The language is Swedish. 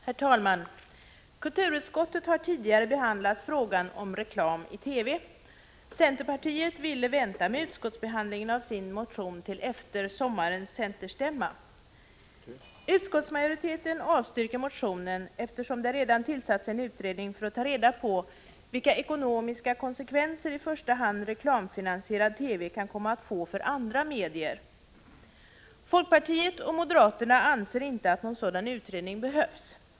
Herr talman! Kulturutskottet har tidigare behandlat frågan om reklam i TV. Centerpartiet ville vänta med utskottsbehandlingen av sin motion till efter sommarens centerstämma. Utskottsmajoriteten avstyrker motionen, eftersom det redan har tillsatts en utredning som skall ta reda på vilka ekonomiska konsekvenser i första hand reklamfinansierad TV kan komma att få för andra medier. Folkpartiet och moderaterna anser inte att någon sådan utredning behövs.